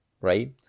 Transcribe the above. right